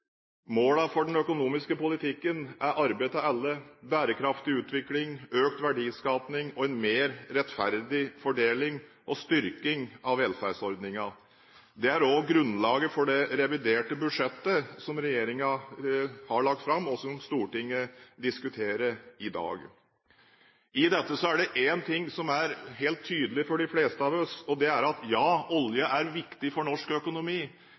for den økonomiske politikken er arbeid til alle, bærekraftig utvikling, økt verdiskaping og en mer rettferdig fordeling og styrking av velferdsordningen. Det er også grunnlaget for det reviderte budsjettet som regjeringen har lagt fram, og som Stortinget diskuterer i dag. I dette er det én ting som er helt tydelig for de fleste av oss, og det er: Ja, olje er viktig for norsk økonomi.